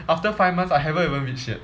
after five months I haven't even reach yet